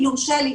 אם יורשה לי,